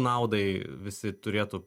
naudai visi turėtų